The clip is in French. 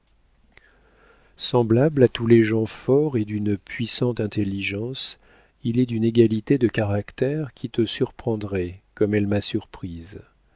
semblable à tous les gens forts et d'une puissante intelligence il est d'une égalité de caractère qui te surprendrait comme elle m'a